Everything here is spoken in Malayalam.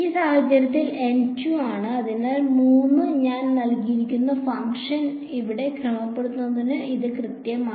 ഈ സാഹചര്യത്തിൽ N 2 ആണ് അതിനാൽ 3 ഞാൻ നൽകിയിരിക്കുന്ന ഫംഗ്ഷൻ ഇവിടെ ക്രമപ്പെടുത്തുന്നതിന് ഇത് കൃത്യമാണ്